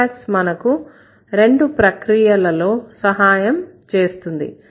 syntax మనకు రెండు ప్రక్రియలలో సహాయం చేస్తుంది